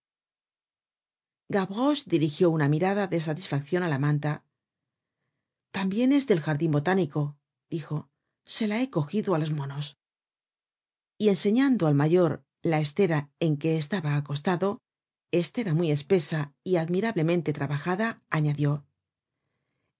caliente gavroche dirigió una mirada de satisfaccion á la manta tambien es del jardin botánico dijo se la he cogido á los monos y enseñando al mayor la estera en que estaba acostado estera muy espesa y admirablemente trabajada añadió